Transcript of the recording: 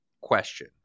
question